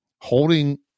holding